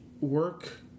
work